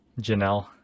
janelle